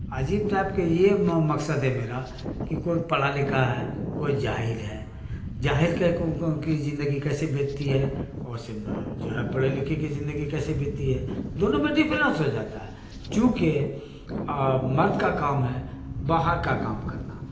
عجیب ٹائپ کے یہ مقصد ہے میرا کہ کوئی پڑھا لکھا ہے کوئی جاہل ہے جاہل کا کی زندگی کیسے بیتتی ہے اور جو ہے پڑھے لکھے کی زندگی کیسے بیتتی ہے دونوں میں ڈفرینس ہو جاتا ہے چونکہ مرد کا کام ہے باہر کا کام کرنا